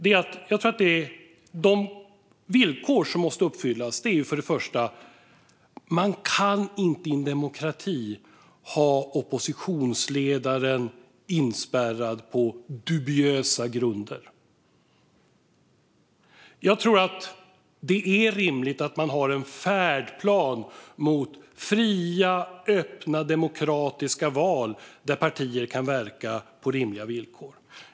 Det finns villkor som måste uppfyllas. Man kan inte i en demokrati ha oppositionsledaren inspärrad på dubiösa grunder. Jag tror också att det är rimligt att man har en färdplan mot fria, öppna och demokratiska val där partier kan verka på rimliga villkor.